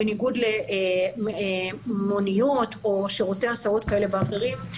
בניגוד למוניות או שירותי הסעות כאלה ואחרים,